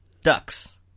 Ducks